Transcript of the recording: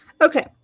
Okay